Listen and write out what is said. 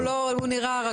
הוא נראה רגוע.